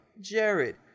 Jared